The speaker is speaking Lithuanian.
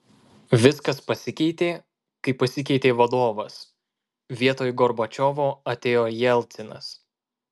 viskas pasikeitė kai pasikeitė vadovas vietoj gorbačiovo atėjo jelcinas